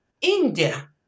India